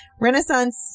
Renaissance